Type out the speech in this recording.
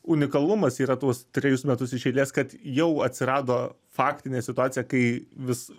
unikalumas yra tuos trejus metus iš eilės kad jau atsirado faktinę situacija kai vis